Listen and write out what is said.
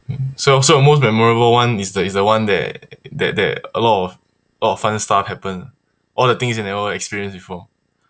so so most memorable one is the is the one that that that a lot of a lot of fun stuff happened all the things you never experienced before